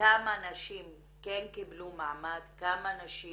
כמה נשים כן קיבלו מעמד, כמה נשים